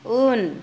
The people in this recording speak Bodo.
उन